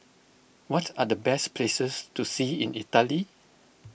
what are the best places to see in Italy